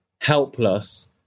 helpless